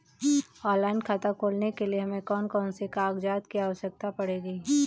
Online खाता खोलने के लिए हमें कौन कौन से कागजात की आवश्यकता पड़ेगी?